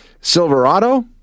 Silverado